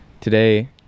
Today